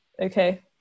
okay